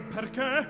Perché